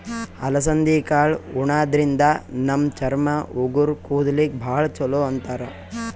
ಅಲಸಂದಿ ಕಾಳ್ ಉಣಾದ್ರಿನ್ದ ನಮ್ ಚರ್ಮ, ಉಗುರ್, ಕೂದಲಿಗ್ ಭಾಳ್ ಛಲೋ ಅಂತಾರ್